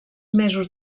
mesos